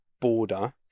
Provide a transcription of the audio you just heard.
border